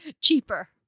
Cheaper